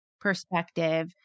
perspective